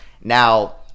Now